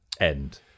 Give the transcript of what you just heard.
end